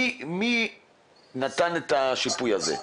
מי נתן את השיפוי הזה?